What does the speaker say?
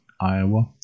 Iowa